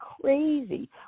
crazy